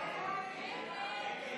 הסתייגות 8 לא נתקבלה.